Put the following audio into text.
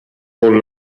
con